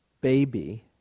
baby